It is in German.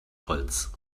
holz